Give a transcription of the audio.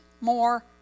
more